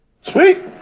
Sweet